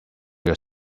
your